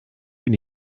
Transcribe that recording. bin